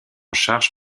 charge